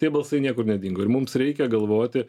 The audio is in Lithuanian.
tie balsai niekur nedingo ir mums reikia galvoti